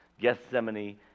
Gethsemane